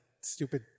stupid